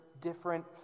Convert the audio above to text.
different